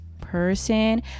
person